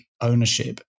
ownership